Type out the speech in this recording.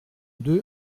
deux